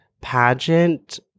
pageant